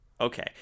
Okay